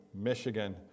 michigan